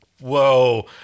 Whoa